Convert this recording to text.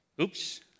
Oops